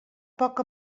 poc